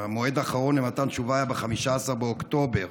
המועד האחרון למתן תשובה היה ב-15 באוקטובר.